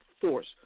force